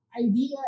idea